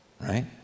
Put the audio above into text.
Right